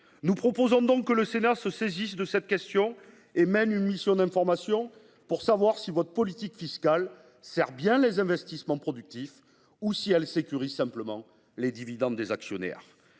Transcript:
Nous proposons donc que le Sénat se saisisse de cette question et crée une mission d’information pour déterminer si votre politique fiscale sert bien les investissements productifs ou ne vise simplement qu’à sécuriser les dividendes des actionnaires.